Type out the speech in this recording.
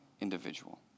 individual